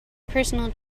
personal